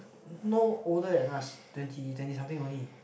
no older than us twenty twenty something only